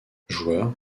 joueur